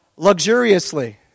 Luxuriously